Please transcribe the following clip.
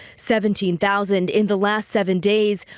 seventeen thousand in the last seven days,